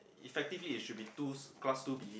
effectively it should be twos class two B